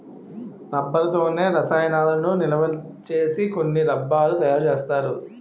rubber తోనే రసాయనాలను నిలవసేసి కొన్ని డబ్బాలు తయారు చేస్తారు